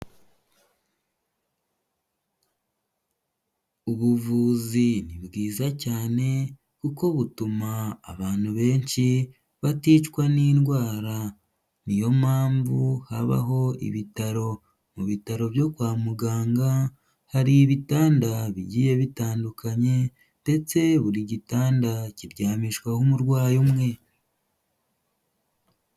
Ubuvuzi ni bwiza cyane kuko butuma abantu benshi baticwa n'indwara, ni yo mpamvu habaho ibitaro, mu bitaro byo kwa muganga hari ibitanda bigiye bitandukanye ndetse buri gitanda kiryamishwaho umurwayi umwe.